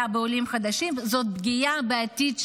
זאת פגיעה בעולים החדשים,